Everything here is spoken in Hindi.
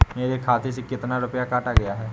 मेरे खाते से कितना रुपया काटा गया है?